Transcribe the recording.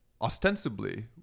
ostensibly